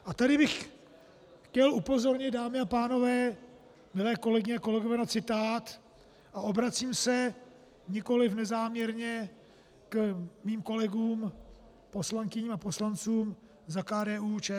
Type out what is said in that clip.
A tady bych chtěl upozornit, dámy a pánové, kolegyně a kolegové, na citát, a obracím se nikoliv nezáměrně ke svým kolegům, poslankyním a poslancům za KDUČSL.